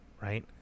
right